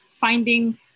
finding